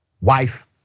wife